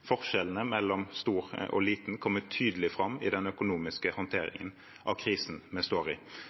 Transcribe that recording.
Forskjellene mellom stor og liten kommer tydelig fram i den økonomiske håndteringen av krisen vi står i.